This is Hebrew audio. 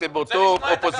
אתם באותה אופוזיציה.